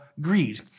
greed